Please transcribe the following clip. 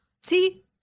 see